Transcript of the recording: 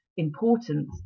importance